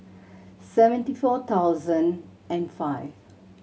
seventy four thousand and five